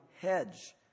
hedge